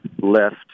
left